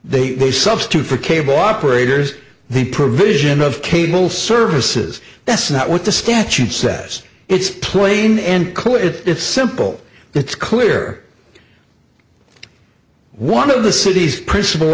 o they substitute for cable operators the provision of cable services that's not what the statute says it's plain and quit it's simple it's clear one of the city's principal